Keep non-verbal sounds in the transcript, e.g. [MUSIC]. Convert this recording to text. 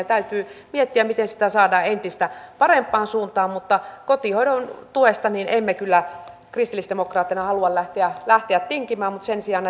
[UNINTELLIGIBLE] täytyy miettiä miten tätä meidän mallia saadaan entistä parempaan suuntaan kotihoidon tuesta emme kyllä kristillisdemokraatteina halua lähteä lähteä tinkimään mutta sen sijaan [UNINTELLIGIBLE]